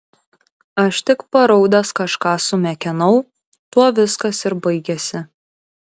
aš tik paraudęs kažką sumekenau tuo viskas ir baigėsi